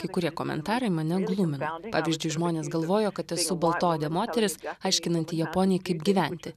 kai kurie komentarai mane glumino pavyzdžiui žmonės galvojo kad esu baltaodė moteris aiškinanti japonei kaip gyventi